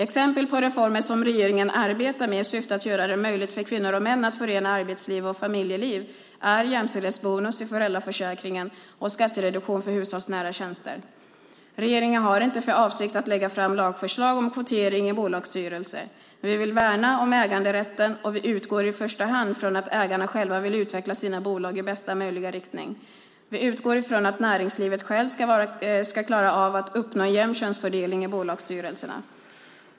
Exempel på reformer som regeringen arbetar med i syfte att göra det möjligt för kvinnor och män att förena arbetsliv och familjeliv är jämställdhetsbonus i föräldraförsäkringen och skattereduktion för hushållsnära tjänster. Regeringen har inte för avsikt att lägga fram lagförslag om kvotering i bolagsstyrelser. Vi vill värna om äganderätten, och vi utgår i första hand från att ägarna själva vill utveckla sina bolag i bästa möjliga riktning. Vi utgår från att näringslivet självt ska klara av att uppnå en jämn könsfördelning i bolagsstyrelserna.